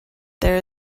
there